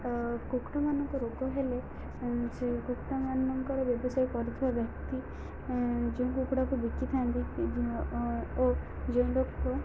କୁକୁଡ଼ାମାନଙ୍କ ରୋଗ ହେଲେ ସେ କୁକୁଡ଼ାମାନଙ୍କର ବ୍ୟବସାୟ କରିଥିବା ବ୍ୟକ୍ତି ଯେଉଁ କୁକୁଡ଼ାକୁ ବିକିଥାନ୍ତି ଓ ଯେଉଁ ଲୋକ